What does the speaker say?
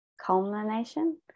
culmination